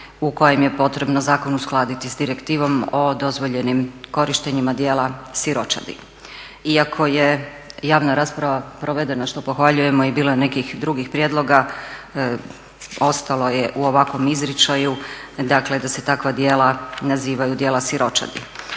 u kojem je potrebno uskladiti s direktivom o dozvoljenim korištenjem djela siročadi. Iako je javna rasprava provedene što pohvaljujemo i bilo je nekih drugih prijedloga ostalo je u ovakvom izričaju da se takva djela nazivaju djela siročadi.